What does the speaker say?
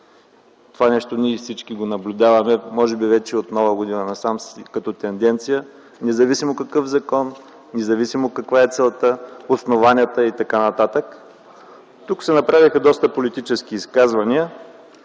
Това всички го наблюдаваме, може би от Нова година насам, като тенденция – независимо какви са законът, целта, основанията и така нататък. Тук се направиха доста политически изказвания.